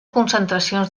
concentracions